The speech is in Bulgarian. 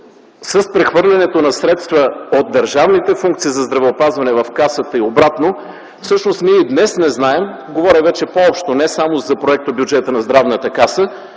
с прехвърлянето на средства от държавните функции за здравеопазване в Касата и обратно всъщност ние и днес не знаем –говоря вече по-общо, не само за проектобюджета на Здравната каса